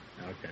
Okay